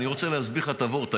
אני רוצה להסביר לך את הוורט,